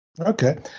Okay